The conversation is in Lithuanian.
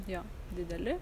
jo dideli